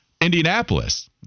Indianapolis